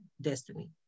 destiny